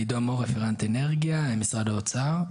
עידו מור רפרנט אנרגיה משרד האוצר,